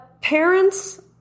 Parents